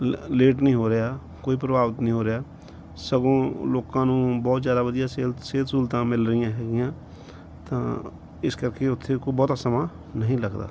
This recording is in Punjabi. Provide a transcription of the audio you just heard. ਲ ਲੇਟ ਨਹੀਂ ਹੋ ਰਿਹਾ ਕੋਈ ਪ੍ਰਭਾਵਿਤ ਨਹੀਂ ਹੋ ਰਿਹਾ ਸਗੋਂ ਲੋਕਾਂ ਨੂੰ ਬਹੁਤ ਜ਼ਿਆਦਾ ਵਧੀਆ ਸੇਲ ਸਿਹਤ ਸਹੂਲਤਾਂ ਮਿਲ ਰਹੀਆਂ ਹੈਗੀਆਂ ਤਾਂ ਇਸ ਕਰਕੇ ਉੱਥੇ ਕੋ ਬਹੁਤਾ ਸਮਾਂ ਨਹੀਂ ਲੱਗਦਾ